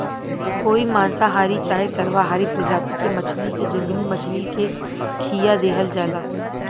कोई मांसाहारी चाहे सर्वाहारी प्रजाति के मछली के जंगली मछली के खीया देहल जाला